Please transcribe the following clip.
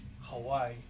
Hawaii